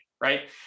Right